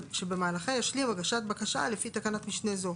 שבמהלכה ישלים הגשת בקשה לפי תקנת משנה זו,